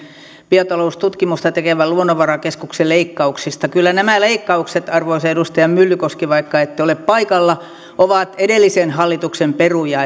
biotaloustutkimusta tekevän luonnonvarakeskuksen leikkauksista kyllä nämä leikkaukset arvoisa edustaja myllykoski vaikka ette ole paikalla ovat edellisen hallituksen peruja